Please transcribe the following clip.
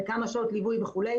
וכמה שעות ליווי וכו'.